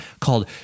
called